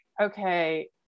okay